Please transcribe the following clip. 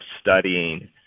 studying